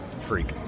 freak